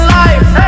life